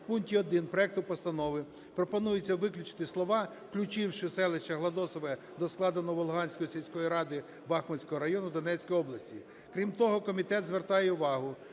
в пункті 1 проекту постанови пропонується виключити слова "включивши селище Гладосове до складу Новолуганської сільської ради Бахмутського району Донецької області". Крім того, комітет звертає увагу,